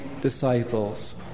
disciples